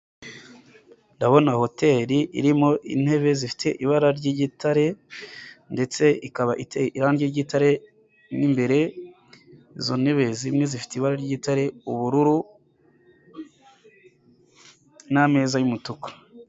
Ndabona hotel irimo intebe zifite ibara ry'igitare, ndetse ikaba iteye irangi ry'igitare imbere izo ntebe zimwe zifite ibara ry'igitare ubururu, n'ameza y'umutuku.